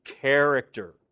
character